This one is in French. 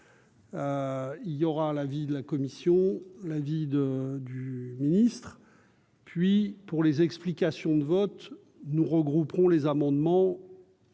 Il y aura l'avis de la commission, la vie de du ministre. Puis, pour les explications de vote nous regrouperont les amendements.